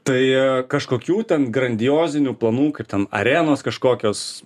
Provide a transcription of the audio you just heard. tai kažkokių ten grandiozinių planų kaip ten arenos kažkokios